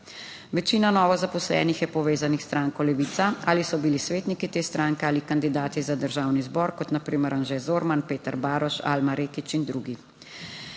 Večina novo zaposlenih je povezanih s stranko Levica, ali so bili svetniki te stranke ali kandidati za Državni zbor, kot na primer Anže Zorman, Peter Baroš, Alma Retić in drugi.